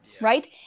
Right